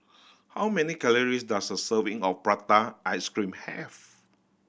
how many calories does a serving of prata ice cream have